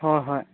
ꯍꯣꯏ ꯍꯣꯏ